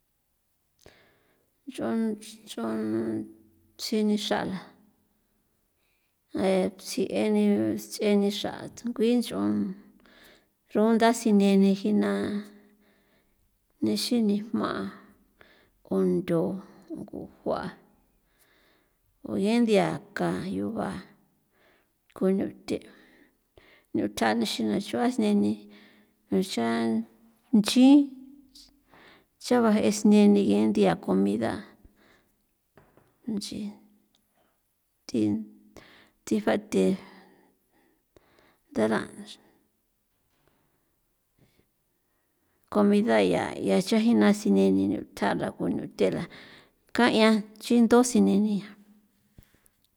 Nch'on nch'on chini xa xra e tsieni xra ngui nch'on rugunda sineni jina nixini jma' ontho ngujua o ge nthia kayuba ko nuthe nuta nixin naxua sineni cha nchi chava je' sineni ge nthia comida nche thi thi facthe ndaran' comida ya ya chajina sineni niutjara ko niuthela ka'ian nchi ntoseni 'ian.